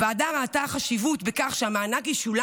הוועדה ראתה חשיבות בכך שהמענק ישולם